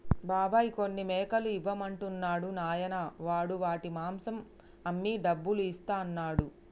బాబాయ్ కొన్ని మేకలు ఇవ్వమంటున్నాడు నాయనా వాడు వాటి మాంసం అమ్మి డబ్బులు ఇస్తా అన్నాడు